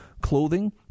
clothing